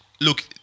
look